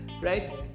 right